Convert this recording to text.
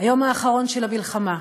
"היום האחרון של המלחמה.